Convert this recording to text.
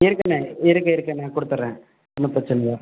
இருக்குண்ணா இருக்குது இருக்குது நான் கொடுத்துறேன் ஒன்றும் பிரச்சனையில்ல